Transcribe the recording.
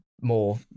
more